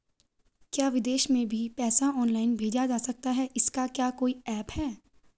क्या विदेश में भी पैसा ऑनलाइन भेजा जा सकता है इसका क्या कोई ऐप है?